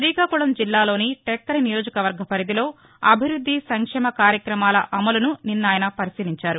రీకాకుళం జిల్లాలోని టెక్కలి నియోజక వర్గ పరిధిలో అభివృద్ది సంక్షేమ కార్యకమాల అమలును నిన్న మంతి పరిశీలించారు